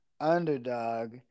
underdog